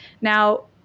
Now